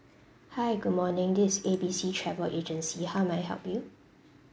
hi good morning this is A B C travel agency how may I help you